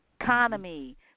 economy